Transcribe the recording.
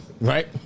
Right